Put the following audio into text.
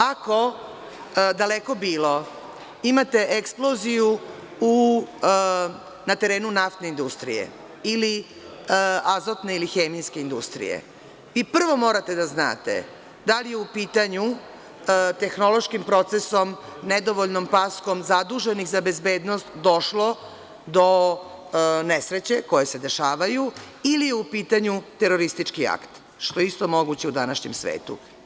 Ako, daleko bilo, imate eksploziju na terenu naftne industrije ili azotne ili hemijske industrije vi prvo morate da znate da li je u pitanju tehnološkim procesom, nedovoljnom paskom zaduženih za bezbednost došlo do nesreće koje se dešavaju ili je u pitanju teroristički akt, što je isto moguće u današnjem svetu.